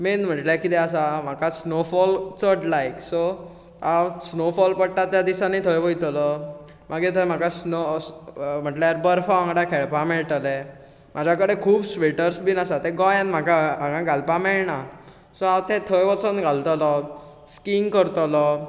main म्हणल्यार कितें आसा म्हाका स्नो फॉल चड लायक सो हांव स्नो फॉल पडटा त्या दिसांनी थंय वयतलो मागीर थंय म्हाका स्नो म्हटल्यार बर्फा वांगडा खेळपा मेळटले म्हज्या कडेन खूब स्वेटर्स बीन आसा ते गोंयांत म्हाका हांगा घालपाक मेळना सो हांव ते थंय वचून घालतलों स्कींग करतलों